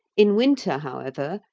in winter, however,